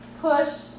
push